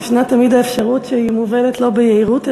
ישנה תמיד האפשרות שהיא מובלת לא ביהירות,